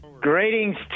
Greetings